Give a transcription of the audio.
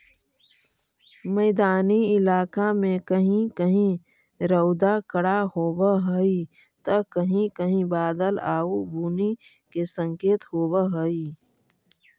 मैदानी इलाका में कहीं कहीं रउदा कड़ा होब हई त कहीं कहीं बादल आउ बुन्नी के संकेत होब हई